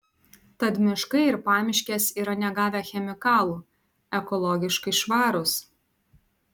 tad miškai ir pamiškės yra negavę chemikalų ekologiškai švarūs